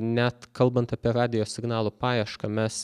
net kalbant apie radijo signalų paiešką mes